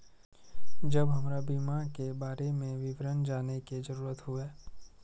जब हमरा बीमा के बारे में विवरण जाने के जरूरत हुए?